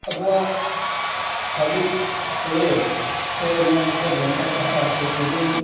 ᱟᱵᱚᱣᱟᱜ ᱥᱟᱹᱵᱤᱠ ᱟᱹᱲᱟᱹ ᱥᱮ ᱱᱚᱣᱟ ᱠᱚ ᱵᱷᱮᱱᱛᱟ ᱠᱟᱛᱷᱟ ᱥᱮ ᱠᱩᱫᱩᱢ